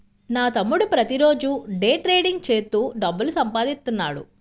నా తమ్ముడు ప్రతిరోజూ డే ట్రేడింగ్ చేత్తూ డబ్బులు సంపాదిత్తన్నాడు